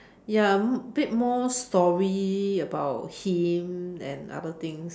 ya bit more story about him and other things